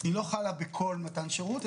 היא לא חלה בכל מתן שרות.